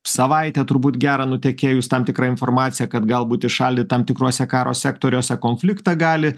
savaitę turbūt gerą nutekėjus tam tikra informacija kad galbūt įšaldyt tam tikruose karo sektoriuose konfliktą gali